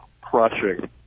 crushing